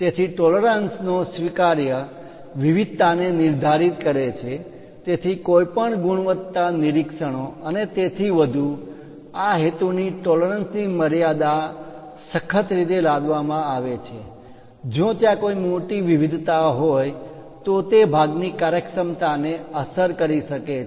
તેથી ટોલરન્સ પરિમાણ માં માન્ય તફાવત નો સ્વીકાર્ય વિવિધતાને નિર્ધારિત કરે છે તેથી કોઈપણ ગુણવત્તા નિરીક્ષણો અને તેથી વધુ આ હેતુની ટોલરન્સ પરિમાણ માં માન્ય તફાવત ની મર્યાદા સખત રીતે લાદવામાં આવે છે જો ત્યાં કોઈ મોટી વિવિધતા હોય તો તે ભાગની કાર્યક્ષમતાને અસર કરી શકે છે